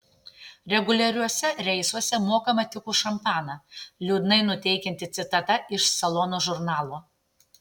reguliariuose reisuose mokama tik už šampaną liūdnai nuteikianti citata iš salono žurnalo